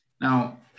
Now